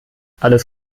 alles